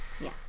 Yes